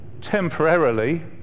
temporarily